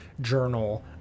journal